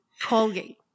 Colgate